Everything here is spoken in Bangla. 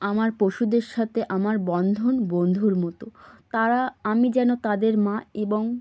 আমার পশুদের সাথে আমার বন্ধন বন্ধুর মতো তারা আমি যেন তাদের মা এবং